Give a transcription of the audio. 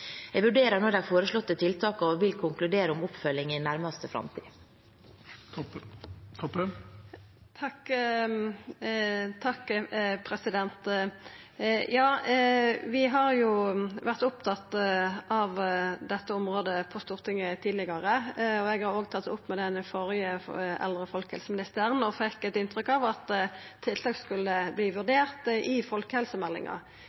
vurderer nå de foreslåtte tiltakene og vil konkludere om oppfølgingen i nærmeste framtid. Vi har vore opptatt av dette området på Stortinget tidlegare. Eg har òg tatt det opp med den førre eldre- og folkehelseministeren og fekk inntrykk av at tiltak skulle